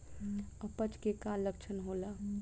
अपच के का लक्षण होला?